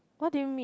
what do you mean